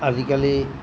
আজিকালি